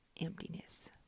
emptiness